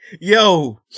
yo